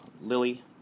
lily